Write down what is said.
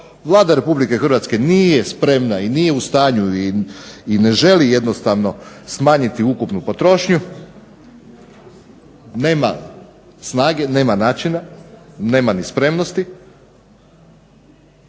Vlada Republike Hrvatske nije spremna i nije u stanju i ne želi jednostavno smanjiti ukupnu potrošnju, nema snage, nema načina, nema ni spremnosti